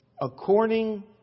according